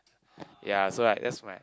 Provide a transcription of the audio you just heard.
yea so like that's my